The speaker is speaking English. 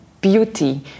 beauty